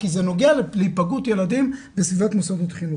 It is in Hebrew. כי זה נוגע להיפגעות ילדים בסביבות מוסדות חינוך.